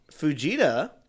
Fujita